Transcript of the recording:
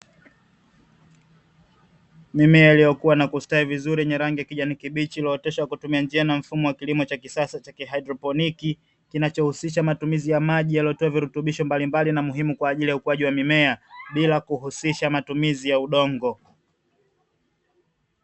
Mimea iliyokua na kustawi vizuri yenye rangi ya kijani kibichi, iliyooteshwa kwa kutumia njia na mfumo kilimo cha kisasa cha "kihaidroponiki", kinachohusisha matumizi ya maji yaliyotiwa virutubisho mbalimbali na muhimu kwa ukuaji wa mimea, bila kuhusisha matumizi ya udongo.